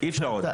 אי-אפשר עוד.